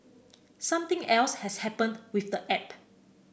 something else has happened with the app